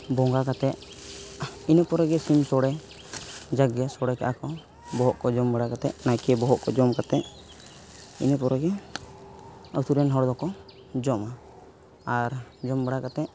ᱵᱚᱸᱜᱟ ᱠᱟᱛᱮᱫ ᱤᱱᱟᱹ ᱯᱚᱨᱮᱜᱮ ᱥᱤᱢ ᱥᱳᱲᱮ ᱡᱟᱠᱜᱮ ᱥᱳᱲᱮ ᱠᱟᱜᱼᱟ ᱠᱚ ᱵᱚᱦᱚᱜᱠᱚ ᱡᱚᱢ ᱵᱟᱲᱟ ᱠᱟᱛᱮᱫ ᱱᱟᱭᱠᱮ ᱵᱚᱦᱚᱜᱠᱚ ᱡᱚᱢ ᱠᱟᱛᱮᱫ ᱤᱱᱟᱹ ᱯᱚᱨᱮᱜᱮ ᱟᱹᱛᱩᱨᱮᱱ ᱦᱚᱲᱠᱚᱠᱚ ᱡᱚᱢᱟ ᱟᱨ ᱡᱚᱢ ᱵᱟᱲᱟ ᱠᱟᱛᱮᱫ